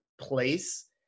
place